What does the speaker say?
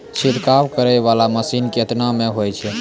छिड़काव करै वाला मसीन केतना मे होय छै?